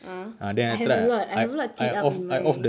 ah I have a lot I have a lot teed up in my